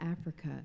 Africa